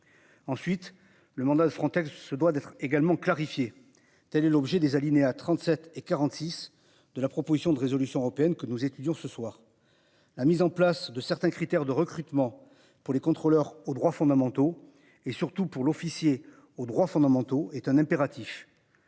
Ensuite, le mandat de Frontex se doit d'être également clarifier, telle est l'objet des alinéas 37 et 46 de la proposition de résolution européenne que nous étudions ce soir. La mise en place de certains critères de recrutement pour les contrôleurs aux droits fondamentaux et surtout pour l'officier aux droits fondamentaux est un impératif.